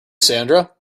sandra